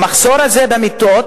המחסור הזה במיטות